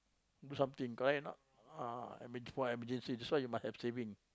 do something correct or not ah i mean for emergency that's why you must have saving